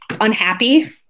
unhappy